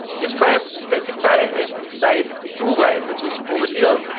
if i specify it inside do while which is over here,